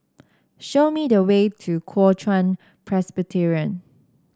show me the way to Kuo Chuan Presbyterian